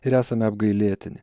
ir esame apgailėtini